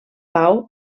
pau